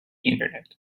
internet